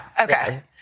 Okay